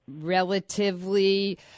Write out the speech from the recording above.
relatively